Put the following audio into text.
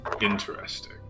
interesting